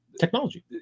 technology